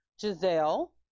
Giselle